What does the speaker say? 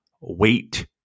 wait